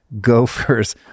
gophers